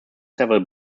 several